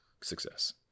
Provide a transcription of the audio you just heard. success